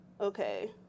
Okay